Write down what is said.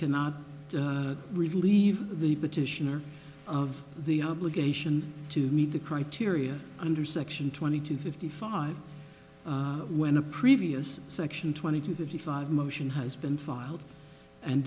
cannot relieve the petitioner of the obligation to meet the criteria under section twenty two fifty five when a previous section twenty two thirty five motion has been filed and